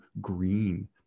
green